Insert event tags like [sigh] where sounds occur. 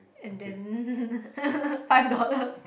and then [laughs] five dollars